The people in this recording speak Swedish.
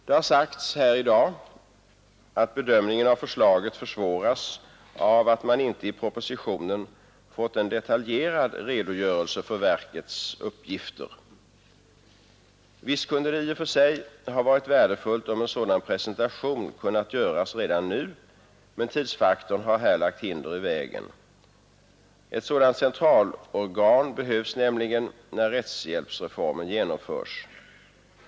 Det har sagts här i dag att bedömningen av förslaget försvåras av att man inte i propositionen har fått en detaljerad redogörelse för verkets uppgifter. Visst kunde det i och för sig ha varit värdefullt om en sådan presentation hade kunnat göras redan nu, men tidsfaktorn har lagt hinder i vägen. Ett sådant centralorgan behövs nämligen när rättshjälpsreformen genomförs.